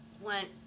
went